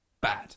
Bad